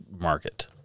market